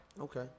Okay